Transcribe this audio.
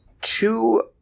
Two